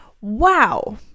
Wow